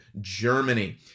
Germany